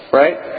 right